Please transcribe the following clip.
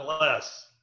less